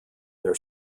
their